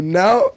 now